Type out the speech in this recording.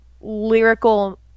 lyrical